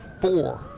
four